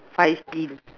five bean